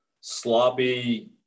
sloppy